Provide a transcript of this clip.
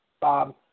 Bob